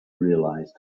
realized